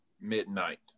midnight